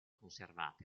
conservate